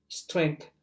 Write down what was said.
strength